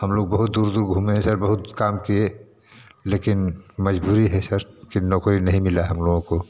हम लोग बहुत दूर दूर घूमें है सर बहुत काम किए लेकिन मज़बूरी है सर कि नौकरी नहीं मिला हम लोगों को